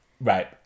Right